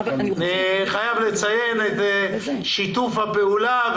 אני חייב לציין את שיתוף הפעולה,